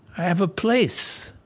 have a place.